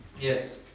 Yes